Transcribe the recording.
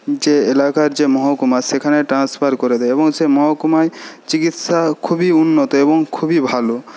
যে এলাকার যে মহকুমা সেখানে ট্রান্সফার করে দেয় এবং সে মহকুমায় চিকিৎসা খুবই উন্নত এবং খুবই ভালো